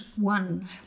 one